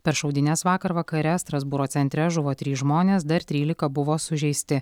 per šaudynes vakar vakare strasbūro centre žuvo trys žmonės dar trylika buvo sužeisti